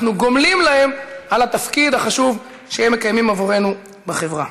אנחנו גומלים להם על התפקיד החשוב שהם מקיימים עבורנו בחברה.